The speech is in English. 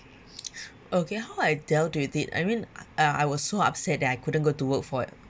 okay how I dealt with it I mean uh I was so upset that I couldn't go to work for